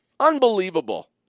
Unbelievable